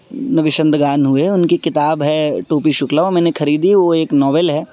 نویشندگان ہوئے ان کی کتاب ہے ٹوپی شکلا وہ میں نے کھریدی وہ ایک ناول ہے